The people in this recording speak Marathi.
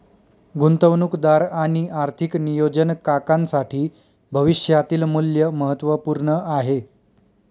गुंतवणूकदार आणि आर्थिक नियोजन काकांसाठी भविष्यातील मूल्य महत्त्वपूर्ण आहे